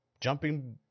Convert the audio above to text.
jumping